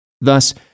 Thus